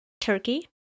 Turkey